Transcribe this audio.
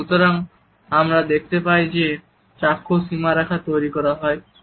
এবং সুতরাং আমরা দেখতে পাই যে চাক্ষুষ সীমারেখা তৈরি করা হয়